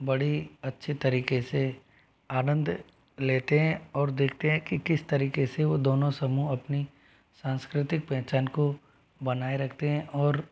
बड़ी अच्छे तरीक़े से आनंद लेते हैं और देखते हैं कि किस तरीक़े से वो दोनों समूह अपनी सांस्कृतिक पेहचान को बनाए रखते हैं और